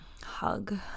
hug